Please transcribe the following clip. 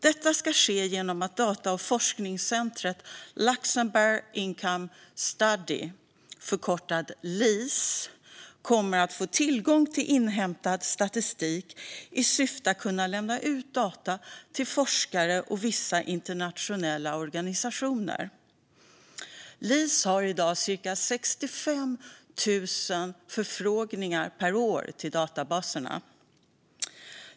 Detta ska ske genom att data och forskningscentrumet Luxembourg Income Study, förkortat LIS, kommer att få tillgång till inhämtad statistik i syfte att kunna lämna ut data till forskare och vissa internationella organisationer. LIS får i dag cirka 65 000 förfrågningar per år till databaserna.